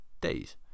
days